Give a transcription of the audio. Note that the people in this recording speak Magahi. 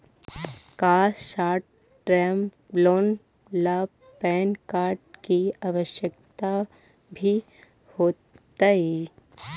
का शॉर्ट टर्म लोन ला पैन कार्ड की आवश्यकता भी होतइ